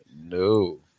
No